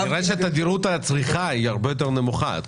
כנראה תדירות הצריכה הרבה יותר נמוכה.